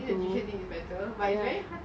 thing